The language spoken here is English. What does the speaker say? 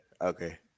Okay